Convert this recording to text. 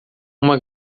uma